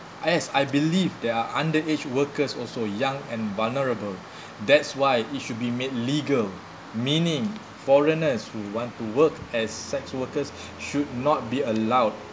yes I believe there are under age workers also young and vulnerable that's why it should be made legal meaning foreigners who want to work as sex workers should not be allowed